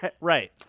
Right